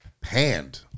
panned